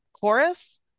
chorus